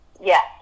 yes